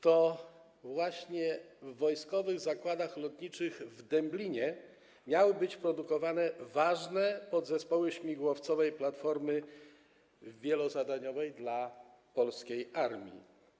To właśnie w Wojskowych Zakładach Lotniczych w Dęblinie miały być produkowane ważne podzespoły śmigłowcowej platformy wielozadaniowej dla polskiej armii.